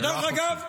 כי דרך אגב,